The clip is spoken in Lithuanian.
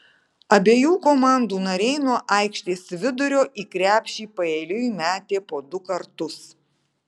abiejų komandų nariai nuo aikštės vidurio į krepšį paeiliui metė po du kartus